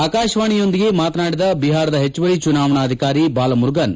ಆಕಾಶವಾಣಿಯೊಂದಿಗೆ ಮಾತನಾಡಿದ ವಿಪಾರದ ಹೆಚ್ಚುವರಿ ಚುನಾವಣಾಧಿಕಾರಿ ಬಾಲಮುರುಗನ್